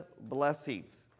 blessings